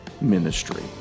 ministry